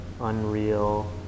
unreal